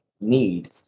need